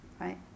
right